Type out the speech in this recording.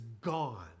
gone